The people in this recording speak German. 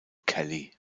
kelly